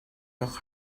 rak